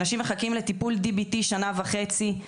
אנשים מחכים לטיפול DBT שנה וחצי,